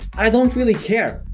i don't really care.